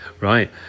right